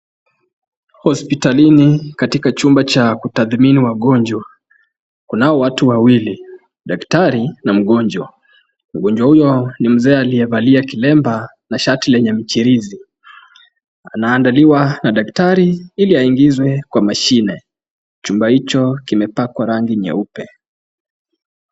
Hospitalini katika chumba cha kutathmini wagonjwa. Kunao watu wawili daktari na mgonjwa. Mgonjwa huyo ni mzee aliyevalia kilemba na shati lenye mchirizi. Anaandaliwa na daktari ili aingizwe kwa mashine. Chumba hicho kimepakwa rangi nyeupe.